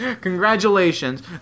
Congratulations